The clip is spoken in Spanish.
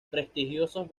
prestigiosos